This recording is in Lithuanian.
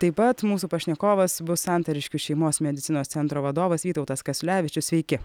taip pat mūsų pašnekovas bus santariškių šeimos medicinos centro vadovas vytautas kasiulevičius sveiki